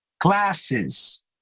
glasses